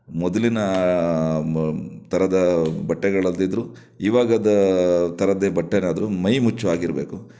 ಮೊದಲಿನ ಥರದ ಬಟ್ಟೆಗಳಲ್ಲದಿದ್ದರೂ ಇವಾಗದ ಥರದ್ದೇ ಬಟ್ಟೇನೆ ಆದರೂ ಮೈ ಮುಚ್ಚೊ ಹಾಗಿರಬೇಕು